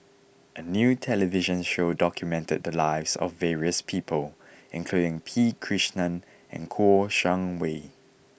a new television show documented the lives of various people including P Krishnan and Kouo Shang Wei